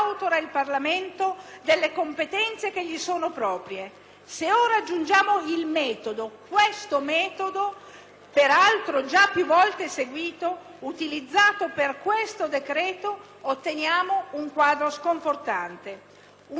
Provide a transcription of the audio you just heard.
peraltro già più volte seguito - utilizzato per questo decreto otteniamo un quadro sconfortante. Un decreto non può essere un provvedimento *omnibus* che il Governo utilizza a piacimento, incurante dei contributi parlamentari,